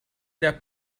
that